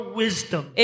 wisdom